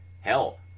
Hell